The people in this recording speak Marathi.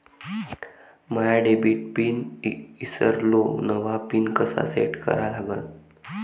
माया डेबिट पिन ईसरलो, नवा पिन कसा सेट करा लागन?